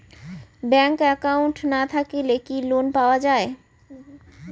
Bank account না থাকিলে কি লোন পাওয়া য়ায়?